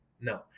no